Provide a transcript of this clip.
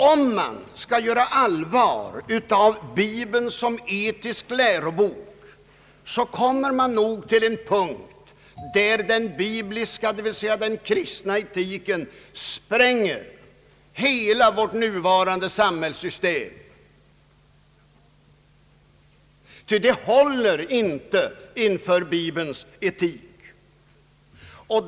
Om man skall göra allvar av bibeln som etisk lärobok kommer man nog till en punkt där den bibliska, dvs. den kristna etiken, spränger hela vårt nuvarande samhällssystem, ty det håller inte inför bibelns etik.